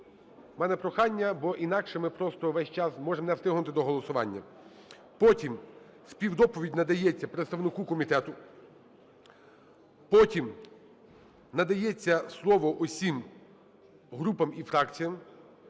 В мене прохання, бо інакше ми просто весь час можем не встигнути до голосування. Потім співдоповідь надається представнику комітету. Потім надається слово усім групам і фракціям.